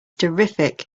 terrific